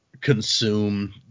consume